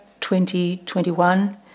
2021